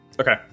okay